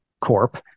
Corp